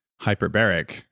hyperbaric